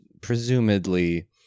presumably